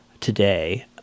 today